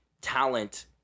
talent